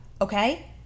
okay